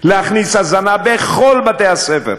להכניס הזנה בכל בתי-הספר,